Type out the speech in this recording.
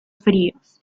fríos